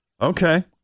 Okay